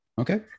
Okay